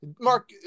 Mark